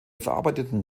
verarbeitenden